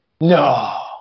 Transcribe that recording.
No